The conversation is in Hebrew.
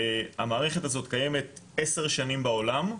המערכת הזאת קיימת עשר שנים בעולם,